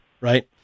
Right